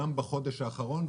גם בחודש האחרון,